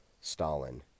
Stalin